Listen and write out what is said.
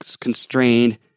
constrained